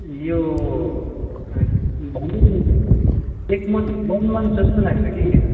यो भनौँ एक मन्थ वान मन्थ जस्तो लाग्छ कि